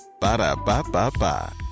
Ba-da-ba-ba-ba